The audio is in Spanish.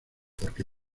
porque